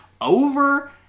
over